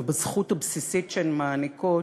ובזכות הבסיסית שהן מעניקות,